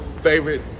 favorite